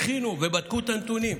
הכינו ובדקו את הנתונים.